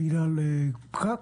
בגלל פקק?